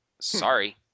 sorry